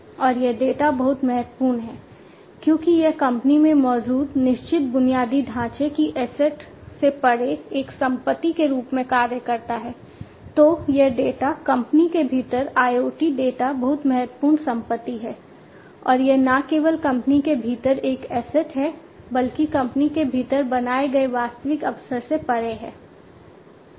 और यह डेटा बहुत महत्वपूर्ण है क्योंकि यह कंपनी में मौजूद निश्चित बुनियादी ढांचे की एसेट है बल्कि कंपनी के भीतर बनाए गए वास्तविक अवसर से परे है